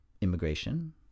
immigration